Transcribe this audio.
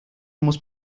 muss